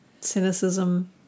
Cynicism